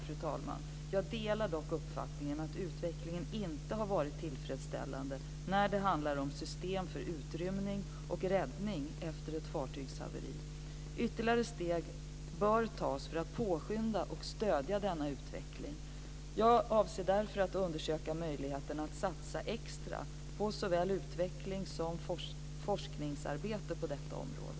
Fru talman! Jag delar dock uppfattningen att utvecklingen inte har varit tillfredsställande när det handlar om system för utrymning och räddning efter ett fartygshaveri. Ytterligare steg bör tas för att påskynda och stödja denna utveckling. Jag avser därför att undersöka möjligheterna att satsa extra på såväl utvecklings som forskningsarbete på detta område.